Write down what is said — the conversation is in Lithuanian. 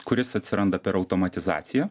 kuris atsiranda per automatizaciją